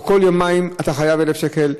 או כל יומיים: אתה חייב 1,000 שקל,